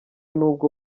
n’ubwo